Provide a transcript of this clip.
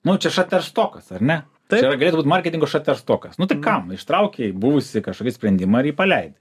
nu čia šaterstokas ar ne čia va galėtų būt marketingo šaterstokas nu tai kam ištraukei buvusį kažkokį sprendimą ir jį paleidai